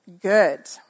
good